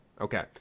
okay